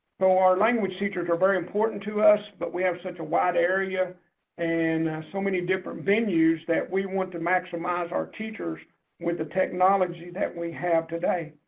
so our language teachers are very important to us, but we have such a wide area and so many different venues that we want to maximize our teachers with the technology that we have today.